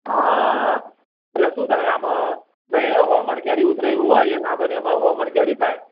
હા એટલે શું થાય આમાં ભાઈ સો મણ કેરી ઉતરે એવી હોય એક આંબાની અમારે સો મણ કેરી થાય